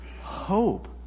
hope